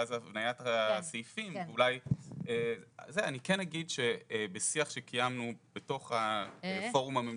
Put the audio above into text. אני כן אגיד שבשיח שקיימנו בתוך הפורום הממשלתי,